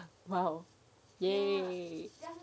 !wow! !yay!